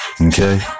Okay